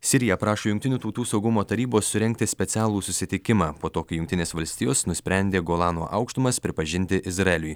sirija prašo jungtinių tautų saugumo tarybos surengti specialų susitikimą po to kai jungtinės valstijos nusprendė golano aukštumas pripažinti izraeliui